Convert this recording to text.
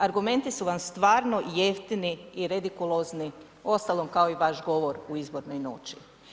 Argumenti su vam stvarno jeftini i redikulozni, uostalom kao i vaš govor u izbornoj noći.